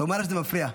תאמר לה שזה מפריע.